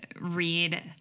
read